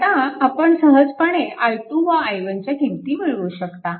आता आपण सहजपणे i2 व i1च्या किंमती मिळवू शकता